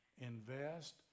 invest